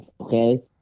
okay